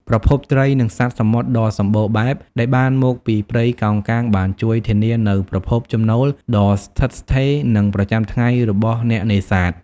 ប្រភពត្រី និងសត្វសមុទ្រដ៏សំបូរបែបដែលបានមកពីព្រៃកោងកាងបានជួយធានានូវប្រភពចំណូលដ៏ស្ថិតស្ថេរ និងប្រចាំថ្ងៃសម្រាប់អ្នកនេសាទ។